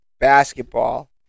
Basketball